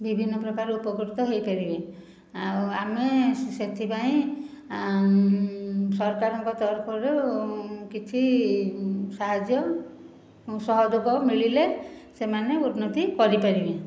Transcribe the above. ବିଭିନ୍ନ ପ୍ରକାର ଉପକୃତ ହୋଇପାରିବେ ଆଉ ଆମେ ସେଥିପାଇଁ ସରକାରଙ୍କ ତରଫରୁ କିଛି ସାହାଯ୍ୟ ସହଯୋଗ ମିଳିଲେ ସେମାନେ ଉନ୍ନତି କରିପାରିବେ